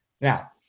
Now